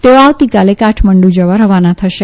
તેઓ આવતીકાલે કાઠમંડુ જવા રવાના થશે